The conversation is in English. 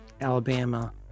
Alabama